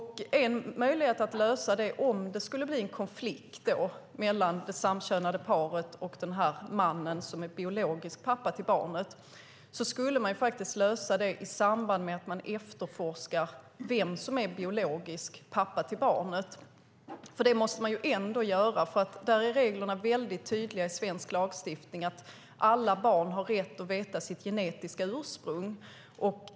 En eventuell konflikt mellan det samkönade paret och den man som är biologisk pappa till barnet skulle kunna lösas i samband med att man efterforskar vem som är den biologiska pappan. Det måste ändå göras. Reglerna i svensk lagstiftning är nämligen väldigt tydliga här. Alla barn har rätt att få veta sitt genetiska ursprung.